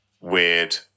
weird